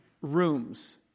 rooms